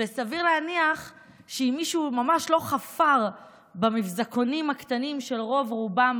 וסביר להניח שאם מישהו לא ממש חפר במבזקונים הקטנים של רוב-רובם